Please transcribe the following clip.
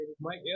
Mike